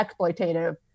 exploitative